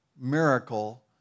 miracle